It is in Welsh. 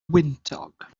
wyntog